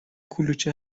کلوچه